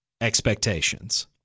expectations